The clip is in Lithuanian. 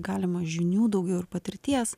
galima žinių daugiau ir patirties